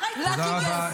Lucky guess.